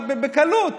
בקלות.